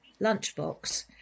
lunchbox